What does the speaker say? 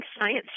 science